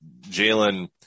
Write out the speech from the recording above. Jalen